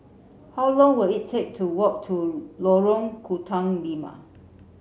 how long will it take to walk to Lorong Tukang Lima